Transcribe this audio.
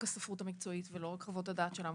הספרות המקצועית ולא רק חוות הדעת של המומחים,